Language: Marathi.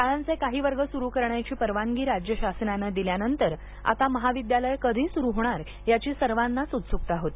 शाळांचे काही वर्ग स्रू करण्याची परवानगी राज्य शासनानं दिल्यानंतर आता महाविद्यालयं कधी सुरू होणार याची सर्वानांचं उत्सुकता होती